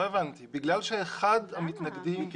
בגלל שאחד המתנגדים בבידוד?